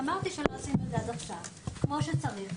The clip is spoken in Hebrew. אמרתי שלא עשינו את זה עד עכשיו כמו שצריך,